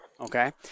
Okay